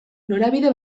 norabide